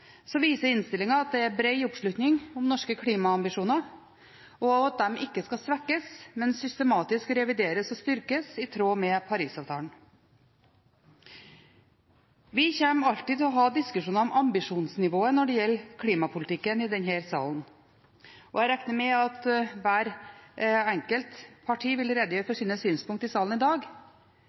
viser innstillingen at det er bred oppslutning om norske klimaambisjoner, og at de ikke skal svekkes, men systematisk revideres og styrkes, i tråd med Paris-avtalen. Vi kommer alltid til å ha diskusjoner i denne salen om ambisjonsnivået når det gjelder klimapolitikken. Jeg regner med at hvert enkelt parti vil redegjøre for sine synpunkter i salen i dag.